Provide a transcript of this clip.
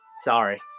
Sorry